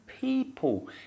people